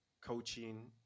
coaching